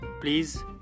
Please